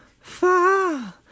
far